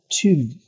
two